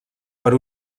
per